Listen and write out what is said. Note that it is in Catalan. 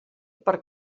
per